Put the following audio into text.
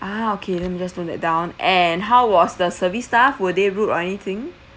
ah okay let me just note that down and how was the service staff were they rude or anything